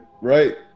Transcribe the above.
right